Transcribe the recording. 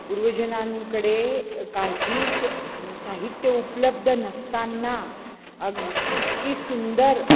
पूर्वजनांकडे काहीच साहित्य उपलब्ध नसताना अग इतकी सुंदर